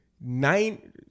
nine